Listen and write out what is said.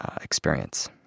experience